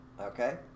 Okay